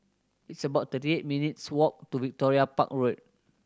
it's about thirty eight minutes' walk to Victoria Park Road